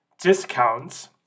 discounts